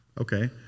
Okay